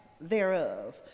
thereof